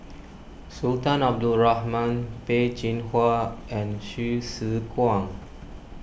Sultan Abdul Rahman Peh Chin Hua and Hsu Tse Kwang